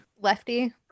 Lefty